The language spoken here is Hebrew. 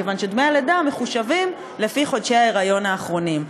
מכיוון שדמי הלידה מחושבים לפי חודשי ההיריון האחרונים.